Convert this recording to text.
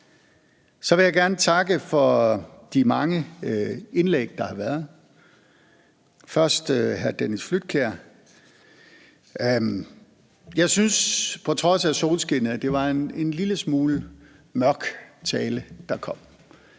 Så vil jeg gerne takke for de mange indlæg, der har været. Først vil jeg sige til hr. Dennis Flydtkjær: Jeg synes, at det på trods af solskinnet udenfor var en lidt mørk tale, der kom,